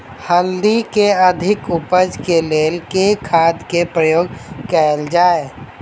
हल्दी केँ अधिक उपज केँ लेल केँ खाद केँ प्रयोग कैल जाय?